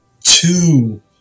two